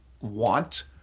want